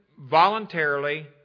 voluntarily